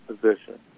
position